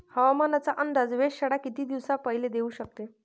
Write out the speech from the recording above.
हवामानाचा अंदाज वेधशाळा किती दिवसा पयले देऊ शकते?